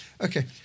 Okay